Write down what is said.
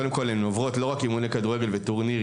קודם כל הן עוברות לא רק אימוני כדורגל וטורנירים,